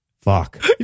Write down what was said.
Fuck